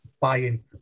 buying